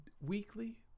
weekly